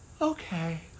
Okay